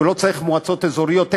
שהוא לא צריך מועצות אזוריות,